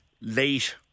late